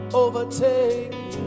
overtake